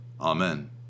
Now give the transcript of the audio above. Amen